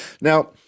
Now